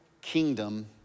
kingdom